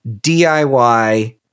DIY